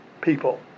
people